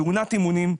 תאונת אימונים,